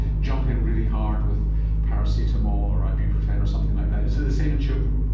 jump in really hard with paracetamol or ibuprofen or something like that. is it the same in children?